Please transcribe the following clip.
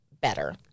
better